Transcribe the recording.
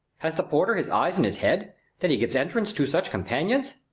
has the porter his eyes in his head that he gives entrance to such companions?